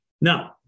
Now